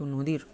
তো নদীর